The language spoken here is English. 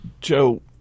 Joe